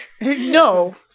No